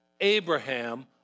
Abraham